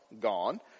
gone